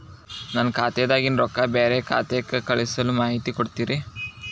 ನನ್ನ ಖಾತಾದಾಗಿನ ರೊಕ್ಕ ಬ್ಯಾರೆ ಖಾತಾಕ್ಕ ಕಳಿಸು ಮಾಹಿತಿ ಕೊಡತೇರಿ?